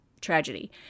tragedy